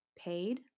paid